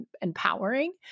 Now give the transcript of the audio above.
empowering